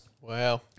Wow